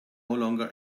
longer